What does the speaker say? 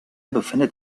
befindet